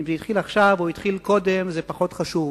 אם זה התחיל עכשיו או התחיל קודם, זה פחות חשוב.